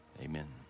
Amen